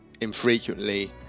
infrequently